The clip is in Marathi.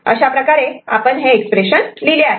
अशाप्रकारे आपण हे एक्सप्रेशन लिहिले आहे